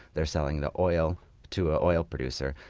they are selling the oil to an oil producer,